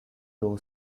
row